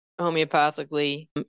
homeopathically